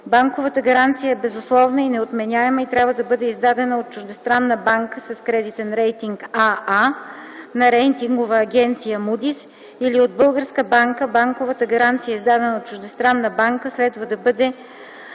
Банковата гаранция е безусловна и неотменяема и трябва да бъде издадена от чуждестранна банка с кредитен рейтинг АА на рейтингова агенция Moody's или от българска банка. Банковата гаранция, издадена от чуждестранна банка, следва да бъде